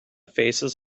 faces